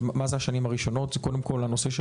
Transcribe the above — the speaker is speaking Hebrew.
השנים הראשונות זה קודם כל הנושא של